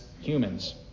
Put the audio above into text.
humans